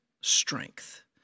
strength